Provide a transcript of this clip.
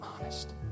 honest